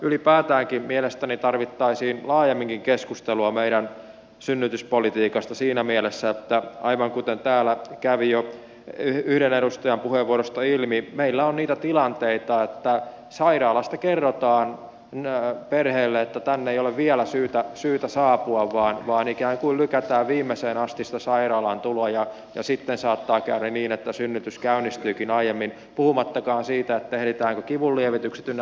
ylipäätäänkin mielestäni tarvittaisiin laajemminkin keskustelua meidän synnytyspolitiikasta siinä mielessä että aivan kuten täällä kävi jo yhden edustajan puheenvuorosta ilmi meillä on niitä tilanteita että sairaalasta kerrotaan perheelle että tänne ei ole vielä syytä saapua vaan ikään kuin lykätään viimeiseen asti sitä sairaalaan tuloa ja sitten saattaa käydä niin että synnytys käynnistyykin aiemmin puhumattakaan siitä ehditäänkö kivunlievitykset ynnä muut antaa